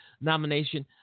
nomination